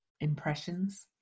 impressions